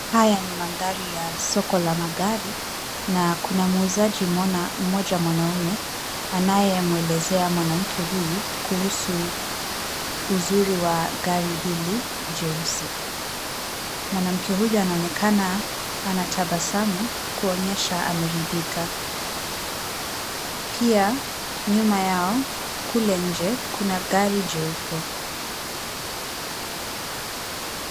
Haya ni mandhari ya soko la magari, na kuna muuzaji mmoja mwanaume, anayemwelezea mwanamke huyu kuhusu uzuri wa gari hili jeusi. Mwanamke huyo anaonekana anatabasamu, kuonyesha ameridhika. Pia nyuma yao, kule nje, kuna gari jeupe.